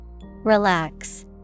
Relax